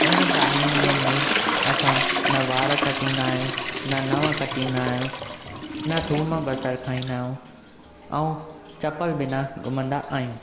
उन चालीहनि ॾींहंनि में असां न वार कटंदा आहियूं न नंहं कटंदा आहियूं न थूम बसरु खाईंदा आहियूं ऐं चम्पलु बिना घुमंदा आहियूं